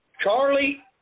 Charlie